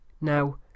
Now